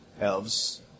elves